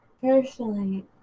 personally